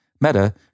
Meta